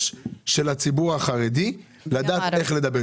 של הציבור החרדי כדי לדעת איך לדבר איתו.